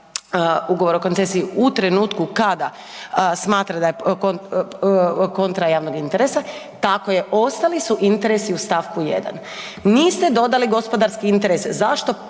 ugovor o koncesiji u trenutku kada smatra da je kontra javnog interesa, tako je ostali su interesi u stavku 1. Niste dodali gospodarski interes, zašto